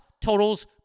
totals